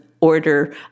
order